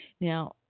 Now